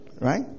right